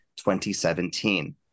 2017